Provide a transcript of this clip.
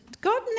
God